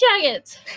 jackets